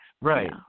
Right